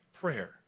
prayer